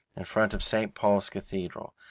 in front of st. paul's cathedral,